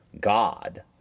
God